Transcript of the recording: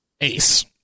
ACE